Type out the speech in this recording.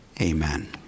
amen